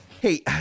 Hey